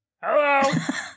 Hello